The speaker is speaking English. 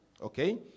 Okay